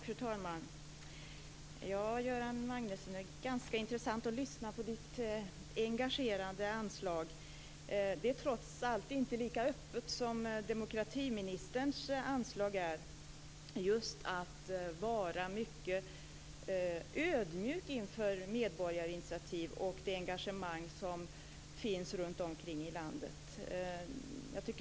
Fru talman! Det är ganska intressant att lyssna på Göran Magnussons engagerade anslag. Det är trots allt inte lika öppet som demokratiministerns anslag, att man just är mycket ödmjuk inför medborgarinitiativ och det engagemang som finns runtom i landet.